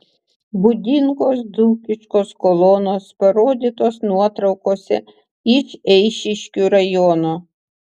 būdingos dzūkiškos kolonos parodytos nuotraukose iš eišiškių rajono